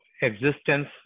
existence